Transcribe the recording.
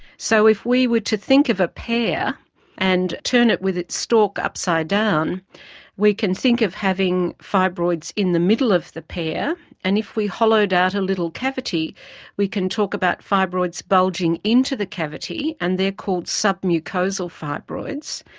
so if we were to think of a pear and turn it with its stalk upside down we can think of having fibroids in the middle of the pear and if we hollowed out a little cavity we can talk about fibroids bulging into the cavity and they are called sub-mucosal fibroids.